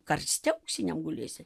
karste auksiniam gulėsi